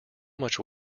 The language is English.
much